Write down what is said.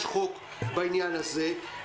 יש חוק בעניין הזה.